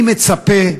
אני מצפה,